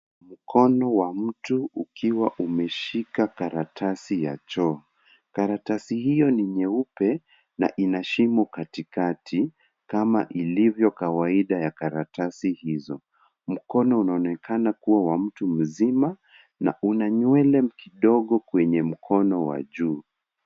Mkono wa mtu ukiwa umeshika karatasi ya choo. Karatasi hiyo ni nyeupe na ina shimo katikati kama ilivyokawaida ya karatasi hizo. Mkono unaonekana wa mtu mzima na una nywele kidogo kwenye mkono wa juu.